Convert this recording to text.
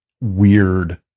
weird